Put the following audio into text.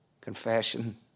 Confession